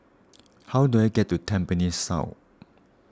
how do I get to Tampines South